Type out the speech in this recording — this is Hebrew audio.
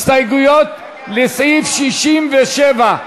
הסתייגויות לסעיף 67,